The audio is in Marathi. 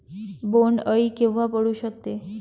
बोंड अळी केव्हा पडू शकते?